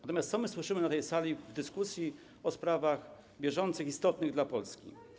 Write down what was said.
Natomiast co my słyszymy na tej sali w dyskusji o sprawach bieżących, istotnych dla Polski?